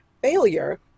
failure